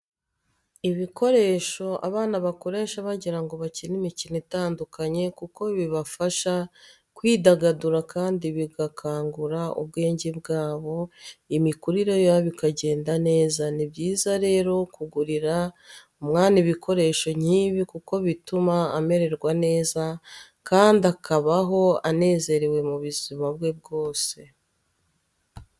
Ibikoresho abana bakoresha bagira ngo bakine imikino itandukanye kuko bibafasha kwidagadura kandi bigakangura ubwenge bwabo, imikurire yabo ikagenda neza, ni byiza rero kugurira umwana ibikoresho nk'ibi kuko bituma amererwa neza kandi akabaho anezerewe mu buzima bwe bwose.